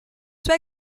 suo